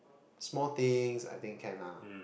small things I think can ah